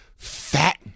fat